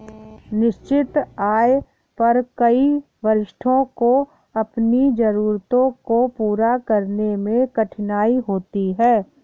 निश्चित आय पर कई वरिष्ठों को अपनी जरूरतों को पूरा करने में कठिनाई होती है